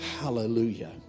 Hallelujah